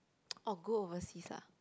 or go overseas lah